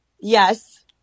Yes